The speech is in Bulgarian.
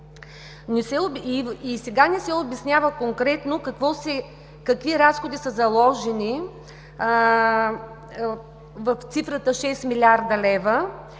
И сега не се обяснява конкретно какви разходи са заложени в цифрата 6 млрд. лв.